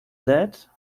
that